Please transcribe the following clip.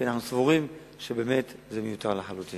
כי אנחנו סבורים שזה באמת מיותר לחלוטין.